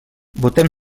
votem